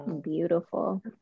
Beautiful